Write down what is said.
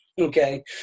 Okay